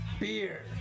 Beer